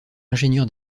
ingénieur